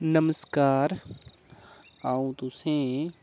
नमस्कार आ'ऊं तुसें'ई